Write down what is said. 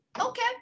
okay